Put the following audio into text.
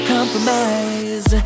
Compromise